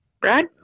Brad